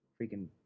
Freaking